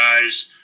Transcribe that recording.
guys –